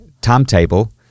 timetable